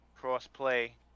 cross-play